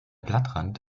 blattrand